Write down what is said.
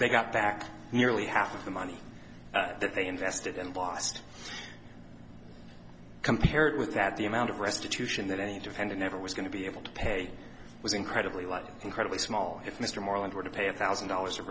they got back nearly half of the money that they invested and lost compared with that the amount of restitution that any defendant never was going to be able to pay was incredibly loud incredibly small if mr moreland were to pay a thousand dollars